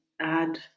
add